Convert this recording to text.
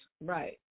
Right